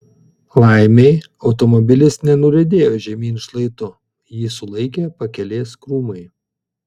laimei automobilis nenuriedėjo žemyn šlaitu jį sulaikė pakelės krūmai